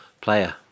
player